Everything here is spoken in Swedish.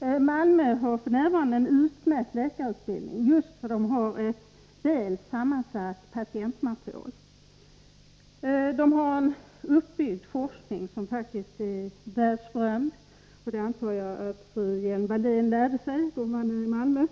Malmö har f. n. en utmärkt läkarutbildning, just därför att man där har ett väl sammansatt patientmaterial. Där finns också uppbyggt en forskning som faktiskt är världsberömd. Det antar jag att fru Hjelm-Wallén lärde sig då hon var i Malmö.